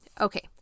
Okay